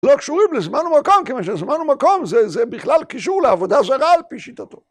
לא קשורים לזמן ומקום, כי מה של זמן ומקום זה בכלל קישור לעבודה זרה, על פי שיטתו.